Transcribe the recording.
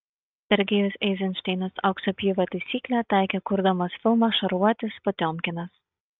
sergejus eizenšteinas aukso pjūvio taisyklę taikė kurdamas filmą šarvuotis potiomkinas